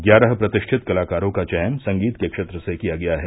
ग्यारह प्रतिष्ठित कलाकारों का चयन संगीत के क्षेत्र से किया गया है